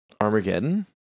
Armageddon